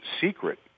secret